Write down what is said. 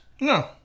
No